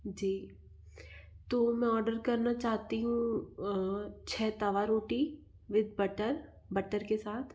जी तो मैं ऑर्डर करना चाहती हूँ छ तवा रोटी विथ बटर बटर के साथ